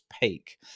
peak